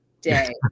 day